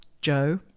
Joe